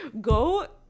Go